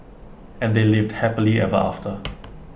and they lived happily ever after